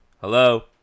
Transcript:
Hello